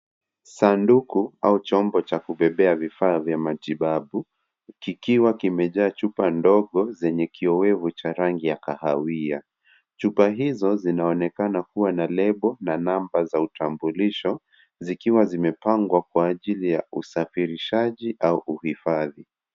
Sanduku au chombo cha kubebea vifaa vya matibabu kikiwa kimejaa chupa ndogo zenye kioevu cha rangi ya kahawia . Chupa hizo zinaonekana kuwa na lebo na namba za utambulisho zikiwa zimepangwa kwa ajili ya usafirishaji au uhifadhi.